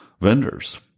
vendors